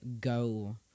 go